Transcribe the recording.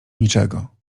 niczego